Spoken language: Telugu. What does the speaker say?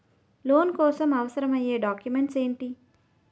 లోన్ కోసం అవసరమైన డాక్యుమెంట్స్ ఎంటి?